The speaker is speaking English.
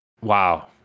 wow